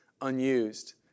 unused